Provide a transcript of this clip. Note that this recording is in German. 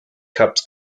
cups